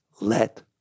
Let